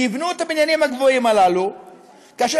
כי יבנו את הבניינים הגבוהים הללו כאשר